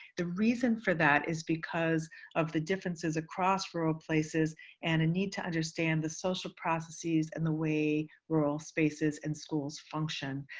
the reason for that is because of the differences across rural places and a need to understand the social processes and the way rural spaces and schools function.